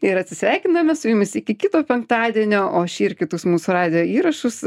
ir atsisveikiname su jumis iki kito penktadienio o šį ir kitus mūsų radijo įrašus